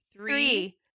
three